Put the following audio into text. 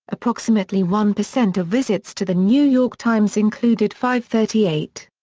approximately one percent of visits to the new york times included fivethirtyeight.